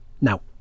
Now